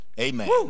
amen